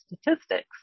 statistics